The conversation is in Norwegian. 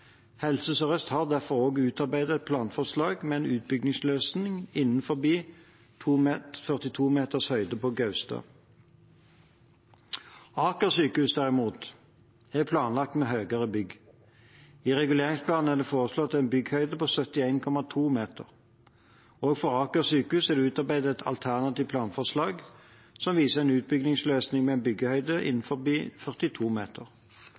Helse Sør-Øst har derfor også utarbeidet et planforslag med en utbyggingsløsning innenfor 42 meters høyde på Gaustad. Aker sykehus, derimot, er planlagt med høyere bygg. I reguleringsplanen er det foreslått en byggehøyde på 71,2 meter. Også for Aker sykehus er det utarbeidet et alternativt planforslag som viser en utbyggingsløsning med byggehøyde innenfor 42 meter.